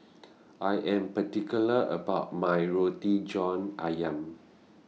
I Am particular about My Roti John Ayam